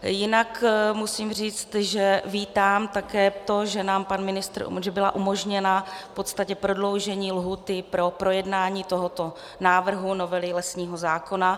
Jinak musím říct, že vítám také to, že nám pan ministr, že bylo umožněno prodloužení lhůty pro projednání tohoto návrhu novely lesního zákona.